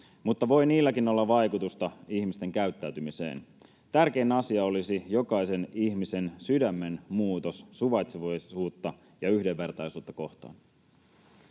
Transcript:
mutta voi niilläkin olla vaikutusta ihmisten käyttäytymiseen. Tärkein asia olisi jokaisen ihmisen sydämen muutos suvaitsevaisuutta ja yhdenvertaisuutta kohtaan.